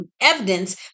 evidence